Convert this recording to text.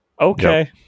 Okay